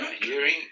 Hearing